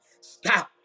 Stop